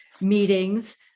meetings